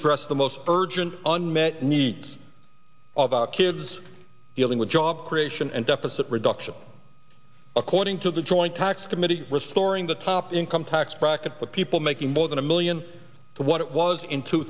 address the most urgent unmet needs of our kids dealing with job creation and deficit reduction according to the joint tax committee restoring the top income tax bracket with people making more than a million what it was